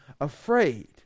afraid